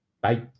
Bye